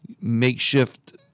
makeshift